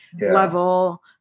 level